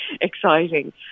exciting